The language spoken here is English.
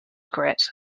grit